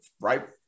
right